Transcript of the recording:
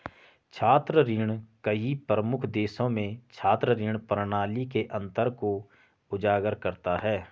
छात्र ऋण कई प्रमुख देशों में छात्र ऋण प्रणाली के अंतर को उजागर करता है